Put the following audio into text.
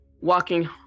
walking